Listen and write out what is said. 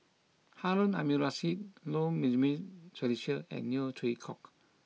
Harun Aminurrashid Low Jimenez Felicia and Neo Chwee Kok